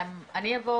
אני אגע